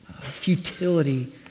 futility